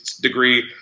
degree